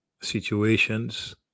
situations